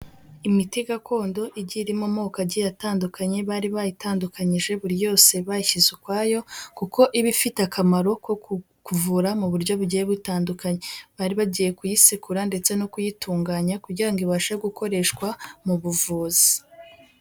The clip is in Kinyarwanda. Imiti gakondo igiye irimo amoko agiye atandukanye, bari bayitandukanyije buri yose bayishyize ukwayo, kuko iba ifite akamaro ko kuvura mu buryo bugiye butandukanye. Bari bagiye kuyisekura ndetse no kuyitunganya, kugira ngo ibashe gukoreshwa mu buvuzi.